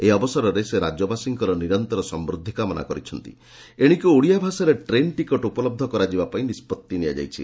ଏହି ଅବସରେ ସେ ରାଜ୍ୟବାସୀଙ୍କର ନିରନ୍ତର ସମୃଦ୍ଧି କାମନା କରିଛନ୍ତି ଏଶିକି ଓଡ଼ିଆ ଭାଷାରେ ଟ୍ରେନ୍ ଟିକଟ ଉପଲହ୍ବ କରାଯିବା ପାଇଁ ନିଷ୍ବଭି ନିଆଯାଇଛି